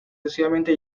sucesivamente